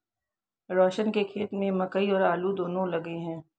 रोशन के खेत में मकई और आलू दोनो लगे हैं